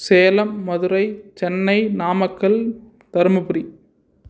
Salem Madurai Chennai Namakkal Dharmapuri